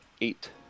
eight